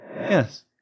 Yes